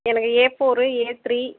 எனக்கு A four A three